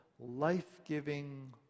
life-giving